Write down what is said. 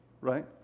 right